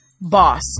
boss